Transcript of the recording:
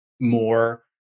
more